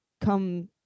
come